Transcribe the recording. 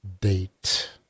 date